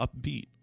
upbeat